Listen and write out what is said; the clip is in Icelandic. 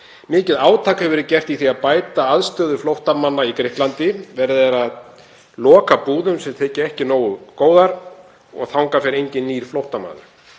Mikið átak hefur verið gert í því að bæta aðstöðu flóttamanna í Grikklandi. Verið er að loka búðum sem þykja ekki nógu góðar og þangað fer enginn nýr flóttamaður.